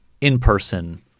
in-person